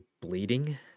bleeding